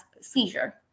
seizure